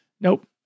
Nope